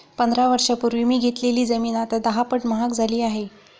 पंधरा वर्षांपूर्वी मी घेतलेली जमीन आता दहापट महाग झाली आहे